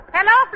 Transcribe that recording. Hello